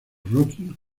rocky